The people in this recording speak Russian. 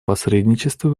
посредничества